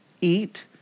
eat